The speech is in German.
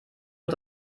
uhr